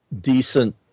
decent